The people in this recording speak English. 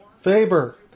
Faber